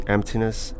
Emptiness